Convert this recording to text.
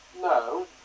No